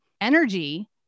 energy